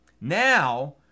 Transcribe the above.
Now